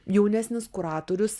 jaunesnis kuratorius